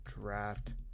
draft